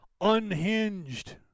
unhinged